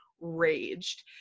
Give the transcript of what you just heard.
raged